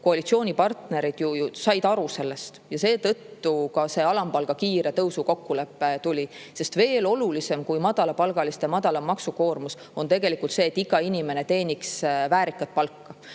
Koalitsioonipartnerid said ju sellest aru ja seetõttu tuli ka alampalga kiire tõusu kokkulepe. Sest veel olulisem kui madalapalgaliste madalam maksukoormus on tegelikult see, et iga inimene teenib väärikat palka.